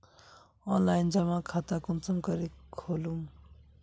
Online जमा खाता कुंसम करे खोलूम?